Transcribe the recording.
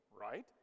right